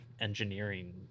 engineering